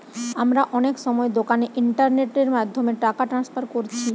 আমরা অনেক সময় দোকানে ইন্টারনেটের মাধ্যমে টাকা ট্রান্সফার কোরছি